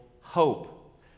hope